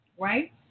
Right